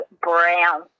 Brown